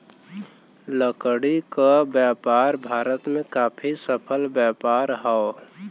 लकड़ी क व्यापार भारत में काफी सफल व्यापार हौ